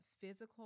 physical